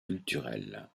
culturels